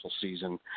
season